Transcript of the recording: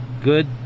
good